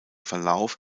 verlauf